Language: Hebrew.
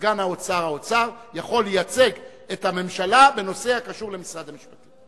שסגן האוצר יכול לייצג את הממשלה בנושא הקשור למשרד המשפטים,